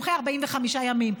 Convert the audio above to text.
45 ימים.